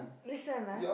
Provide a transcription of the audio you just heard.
listen ah